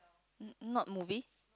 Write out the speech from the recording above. not movie